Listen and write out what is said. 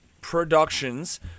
productions